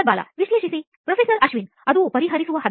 ಬಾಲಾವಿಶ್ಲೇಷಿಸಿ professor ಅಶ್ವಿನ್ಅದು ಪರಿಹರಿಸುವ ಹಂತ